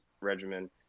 regimen